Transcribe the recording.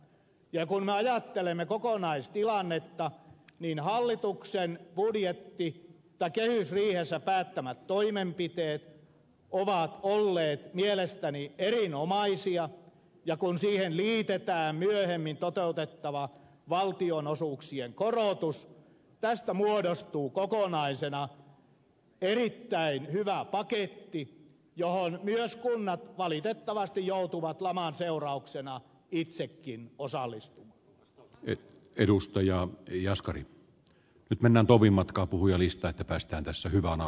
ja kun me ajattelemme kokonaistilannetta niin hallituksen kehysriihessä päättämät toimenpiteet ovat olleet mielestäni erinomaisia ja kun siihen liitetään myöhemmin toteutettava valtionosuuksien korotus tästä muodostuu kokonaisena erittäin hyvä paketti johon myös kunnat valitettavasti joutuvat laman seurauksena itsekin osallistui ykn edustaja eljas kari pitkänen topi matkapuhujalista että päästään tässä hyvä osallistumaan